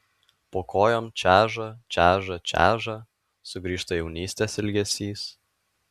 po kojom čeža čeža čeža sugrįžta jaunystės ilgesys